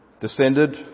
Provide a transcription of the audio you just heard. descended